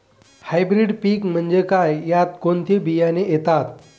Hybrid पीक म्हणजे काय? यात कोणते बियाणे येतात?